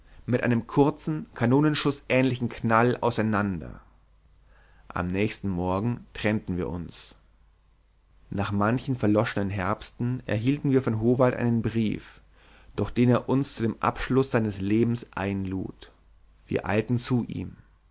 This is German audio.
mit einem kurzen kanonenschußähnlichen knall auseinander am nächsten morgen trennten wir uns nach manchen verloschenen herbsten erhielten wir von howald einen brief durch den er uns zu dem abschluß seines lebens einlud wir eilten zu ihm